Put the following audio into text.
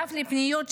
נוסף לפניות שלי,